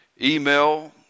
email